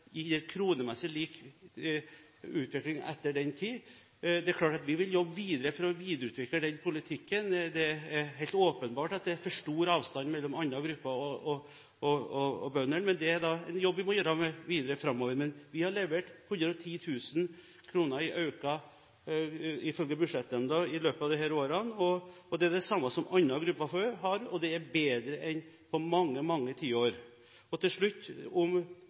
kronemessig lik utvikling etter den tid. Det er klart vi vil jobbe videre for å videreutvikle den politikken – det er helt åpenbart at det er for stor avstand mellom andre grupper og bøndene – men det er en jobb vi må gjøre videre framover. Vi har levert 110 000 kr i økning ifølge budsjettnemnda i løpet av disse årene. Det er det samme som andre grupper har, noe som er bedre enn på mange, mange tiår. Til slutt om